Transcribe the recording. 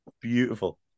Beautiful